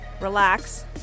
Relax